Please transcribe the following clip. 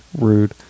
rude